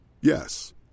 Yes